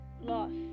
lost